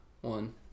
One